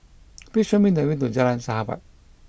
please show me the way to Jalan Sahabat